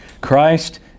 Christ